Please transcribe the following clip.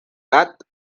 gat